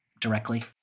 directly